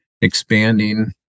expanding